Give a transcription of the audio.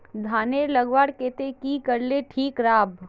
धानेर लगवार केते की करले ठीक राब?